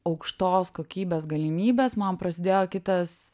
aukštos kokybės galimybės man prasidėjo kitas